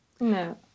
No